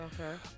Okay